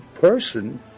person